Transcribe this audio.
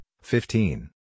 fifteen